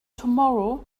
tomorrow